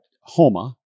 Homa